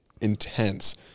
intense